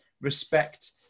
respect